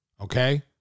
Okay